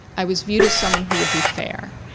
i was viewed as someone who would be fair.